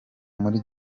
muri